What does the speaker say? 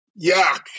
yuck